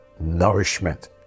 nourishment